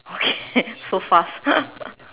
okay so fast